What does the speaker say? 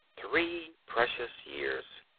three precious years.